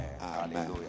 Amen